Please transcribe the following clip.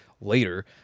later